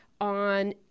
on